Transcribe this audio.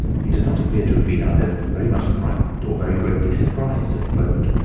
he does not appear to have been either very much frightened or very greatly surprised at the moment.